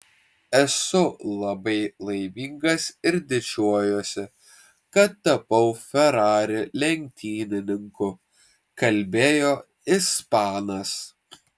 esu labai laimingas ir didžiuojuosi kad tapau ferrari lenktynininku kalbėjo ispanas